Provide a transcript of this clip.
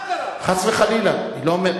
חס וחלילה, אני לא אומר.